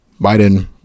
biden